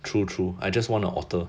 true true I just wanna a otter